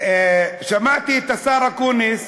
שמעתי את השר אקוניס